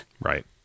Right